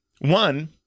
one